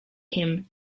him